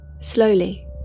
Slowly